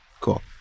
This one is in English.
Cool